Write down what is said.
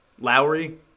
Lowry